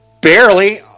Barely